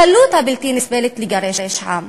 הקלות הבלתי-נסבלת לגרש עם,